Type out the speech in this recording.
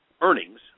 earnings